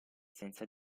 senza